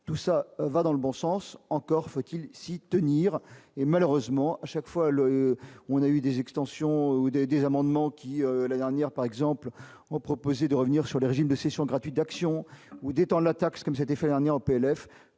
tout ça va dans le bon sens, encore faut-il s'y tenir et malheureusement à chaque fois le on a eu des extensions ou des des amendements qui la dernière par exemple, ont proposé de revenir sur les régimes de cession gratuite d'actions ou des temps, la taxe comme cet effet dernière au PLF,